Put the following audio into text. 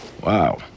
Wow